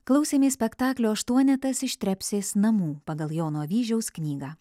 klausėmės spektaklio aštuonetas iš trepsės namų pagal jono avyžiaus knygą